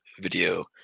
video